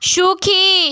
সুখী